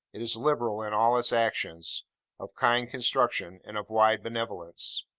it is liberal in all its actions of kind construction and of wide benevolence.